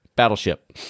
Battleship